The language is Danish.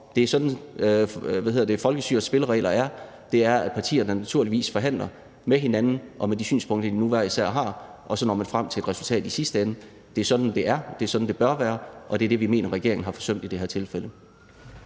folkestyrets spilleregler er – partierne forhandler naturligvis med hinanden, og man fremfører de synspunkter, man nu hver især har, og så når man frem til et resultat i sidste ende. Det er sådan, det er, det er sådan, det bør være, og det er det, vi mener regeringen har forsømt i det her tilfælde.